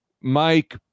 Mike